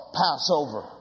passover